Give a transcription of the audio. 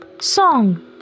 song